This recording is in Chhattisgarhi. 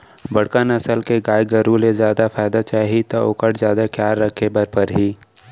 बड़का नसल के गाय गरू ले जादा फायदा चाही त ओकर जादा खयाल राखे बर परही